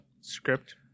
script